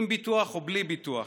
עם ביטוח או בלי ביטוח.